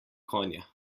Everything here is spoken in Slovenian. konja